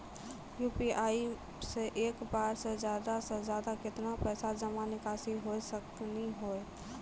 UPI से एक बार मे ज्यादा से ज्यादा केतना पैसा जमा निकासी हो सकनी हो?